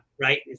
Right